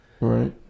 Right